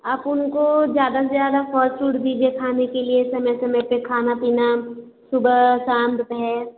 आप उनको ज़्यादा से ज़्यादा फल फ्रूट दीजिए खाने के लिए समय समय पर खाना पीना सुबह शाम दोपहर